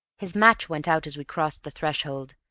his match went out as we crossed the threshold,